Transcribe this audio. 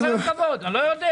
עם כל הכבוד, אני לא יודע.